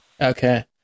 Okay